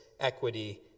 equity